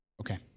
Okay